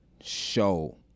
show